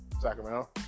Sacramento